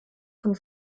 von